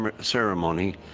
ceremony